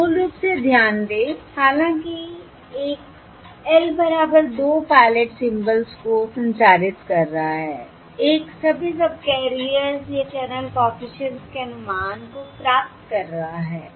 तो मूल रूप से ध्यान दें हालांकि एक L बराबर 2 पायलट सिंबल्स को संचारित कर रहा है एक सभी सबकैरियर्स पर चैनल कॉफिशिएंट्स के अनुमान को प्राप्त कर रहा है